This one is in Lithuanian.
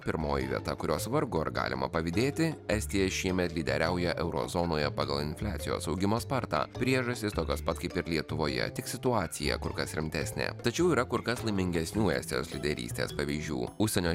pirmoji vieta kurios vargu ar galima pavydėti estija šiemet lyderiauja euro zonoje pagal infliacijos augimo spartą priežastys tokios pat kaip ir lietuvoje tik situacija kur kas rimtesnė tačiau yra kur kas laimingesnių estijos lyderystės pavyzdžių užsienio